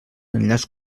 enllaç